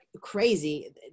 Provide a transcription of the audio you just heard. crazy